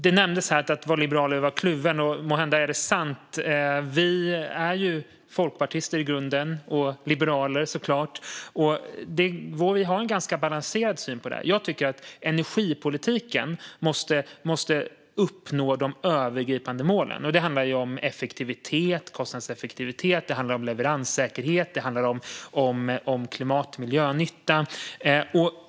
Det nämndes här att vara liberal är att vara kluven, och måhända är det sant. Vi är ju folkpartister i grunden och liberaler, såklart. Vi har en ganska balanserad syn på detta. Jag tycker att energipolitiken måste uppnå de övergripande målen. Det handlar om effektivitet, kostnadseffektivitet, leveranssäkerhet och klimat och miljönytta.